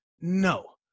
No